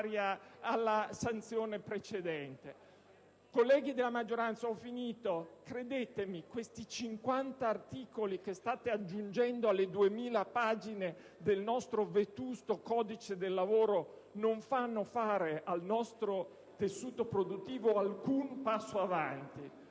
quella precedente. *( Brusìo).* Colleghi della maggioranza, credetemi, questi 50 articoli che state aggiungendo alle 2.000 pagine del nostro vetusto codice del lavoro non fanno fare al nostro tessuto produttivo alcun passo avanti.